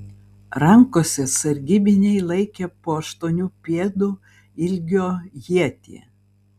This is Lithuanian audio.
rankose sargybiniai laikė po aštuonių pėdų ilgio ietį